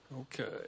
Okay